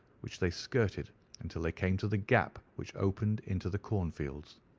which they skirted until they came to the gap which opened into the cornfields.